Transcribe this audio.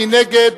מי נגד?